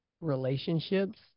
relationships